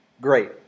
great